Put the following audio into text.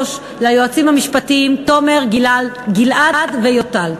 יפה, שוש, ויועצים המשפטיים תומר, גלעד ויוטל.